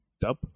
Dub